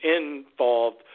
involved